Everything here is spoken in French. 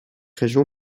région